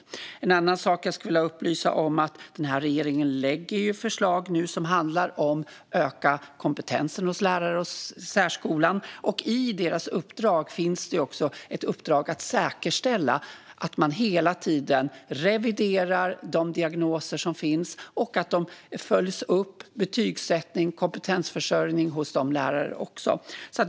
En annan sak jag skulle vilja upplysa om är att den här regeringen nu lägger fram förslag som handlar om att öka kompetensen hos lärare isärskolan. I deras uppdrag ligger också att säkerställa att man hela tiden reviderar de diagnoser som finns och att de följs upp. Likadant följer man upp betygsättning och kompetensförsörjning hos lärarna också.